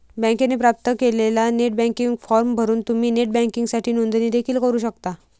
बँकेने प्राप्त केलेला नेट बँकिंग फॉर्म भरून तुम्ही नेट बँकिंगसाठी नोंदणी देखील करू शकता